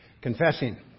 Confessing